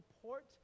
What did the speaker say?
support